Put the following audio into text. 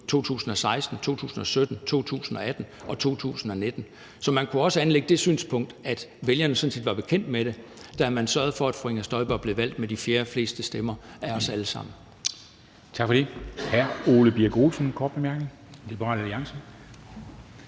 2016, 2017, 2018 og 2019, så man kan også anlægge det synspunkt, at vælgerne sådan set var bekendt med det, da de sørgede for, at fru Inger Støjberg blev valgt ind med fjerdeflest stemmer af os alle sammen.